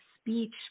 speech